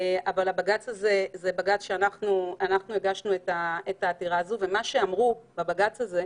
אבל אנחנו הגשנו את העתירה הזו לבג"ץ.